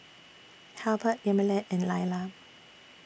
Halbert Yamilet and Lailah